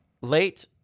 late